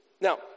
Now